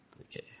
Okay